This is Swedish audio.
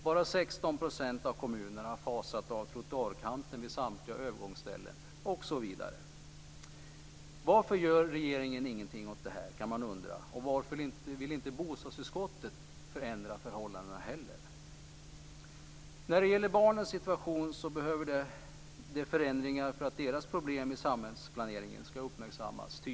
Bara 16 % av kommunerna har fasat av trottoarkanten vid samtliga övergångsställen osv. Varför gör regeringen ingenting åt detta, kan man undra, och varför vill inte heller bostadsutskottet förändra förhållandena? När det gäller barnens situation vill jag säga att det behövs förändringar för att deras problem i samhällsplaneringen tydligare skall uppmärksammas.